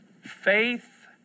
faith